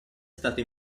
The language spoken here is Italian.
stato